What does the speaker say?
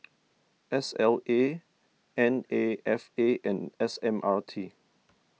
S L A N A F A and S M R T